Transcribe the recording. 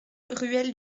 ruelle